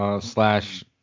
slash